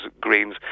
greens